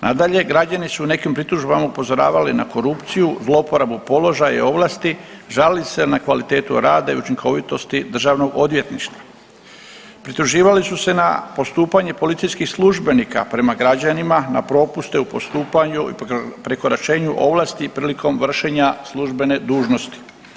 Nadalje, građani su nekim pritužbama upozoravali na korupciju, zloporabu položaja i ovlasti, žalili su se na kvalitetu rada i učinkovitosti državnog odvjetništva, prituživali su se na postupanje policijskih službenika prema građanima, na propuste u postupanju i prekoračenju ovlasti prilikom vršenja službene dužnosti.